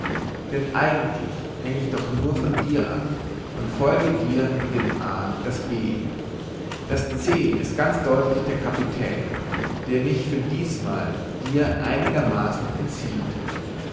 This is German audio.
denn eigentlich hänge ich doch nur von dir ab und folge dir wie dem a das b das c ist ganz deutlich der kapitän der mich für diesmal dir einigermaßen entzieht